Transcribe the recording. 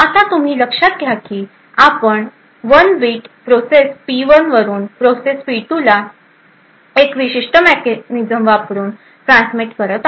आता तुम्ही लक्षात घ्या की आपण 1 बीट प्रोसेस पी1 वरून प्रोसेस पी2 ला एक विशिष्ट मेकॅनिझम वापरून ट्रान्समिट करत आहोत